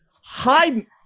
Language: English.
Hi